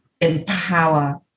empower